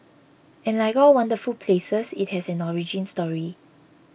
and like all wonderful places it has an origin story